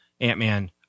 Ant-Man